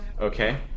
Okay